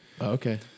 Okay